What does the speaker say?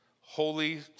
holy